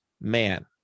man